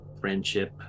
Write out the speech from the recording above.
friendship